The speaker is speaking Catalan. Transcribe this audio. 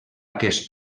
aquest